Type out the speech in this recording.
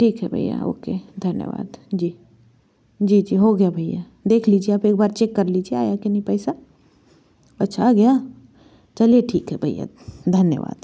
ठीक है भैया ओके धन्यवाद जी जी जी हो गया भैया देख लीजिए आप एक बार चेक कर लीजिए आया कि नहीं पैसा अच्छा आ गया चलिए ठीक है भैया धन्यवाद